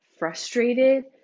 frustrated